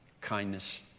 kindness